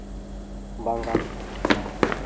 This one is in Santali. ᱵᱟᱝᱜᱟᱞ